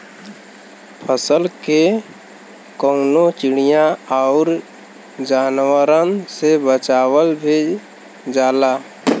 फसल के कउनो चिड़िया आउर जानवरन से बचावल भी जाला